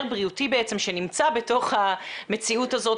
בריאותי בעצם שנמצא בתוך המציאות הזאת,